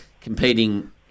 competing